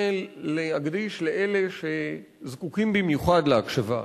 להקדיש לאלה שזקוקים במיוחד להקשבה.